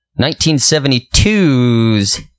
1972's